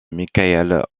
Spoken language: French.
michael